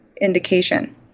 indication